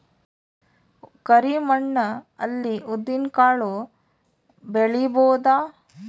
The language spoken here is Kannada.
ಕರಿ ಮಣ್ಣ ಅಲ್ಲಿ ಉದ್ದಿನ್ ಕಾಳು ಬೆಳಿಬೋದ?